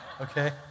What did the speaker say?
okay